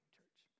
church